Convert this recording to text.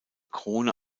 krone